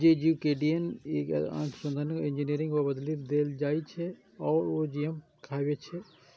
जे जीव के डी.एन.ए कें आनुवांशिक इंजीनियरिंग सं बदलि देल जाइ छै, ओ जी.एम कहाबै छै